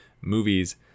Movies